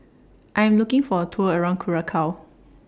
I Am looking For A Tour around Curacao